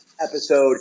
episode